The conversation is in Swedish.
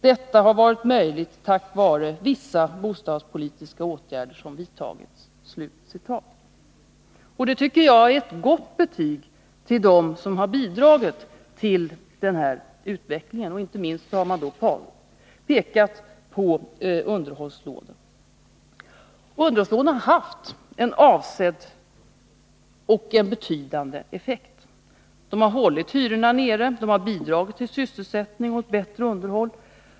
Detta har varit möjligt tack vare vissa bostadspolitiska åtgärder som vidtagits”. Det tycker jag är ett gott betyg till dem som har bidragit till den här utvecklingen. Inte minst pekar hyresgäströrelsen på underhållslånen som en mycket viktig åtgärd. Underhållslånen har haft en betydande och avsedd effekt. De har hållit hyrorna nere, bidragit till sysselsättning och ett bättre underhåll.